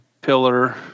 pillar